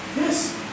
Yes